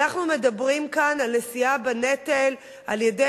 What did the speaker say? אנחנו מדברים כאן על נשיאה בנטל על-ידי